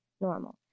normal